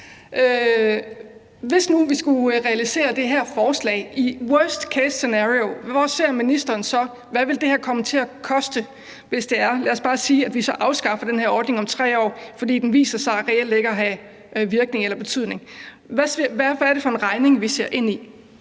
Hvis vi nu skulle realisere det her forslag, hvor ser ministeren i et worst case scenario så at det her vil komme til at koste, hvis vi – lad os bare sige det – afskaffer den her ordning om 3 år, fordi den viser sig reelt ikke at have en virkning eller en betydning? Hvad er det for en regning, vi ser ind i?